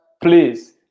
please